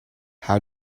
how